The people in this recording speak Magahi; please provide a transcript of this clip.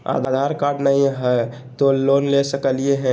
आधार कार्ड नही हय, तो लोन ले सकलिये है?